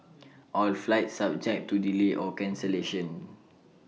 all flights subject to delay or cancellation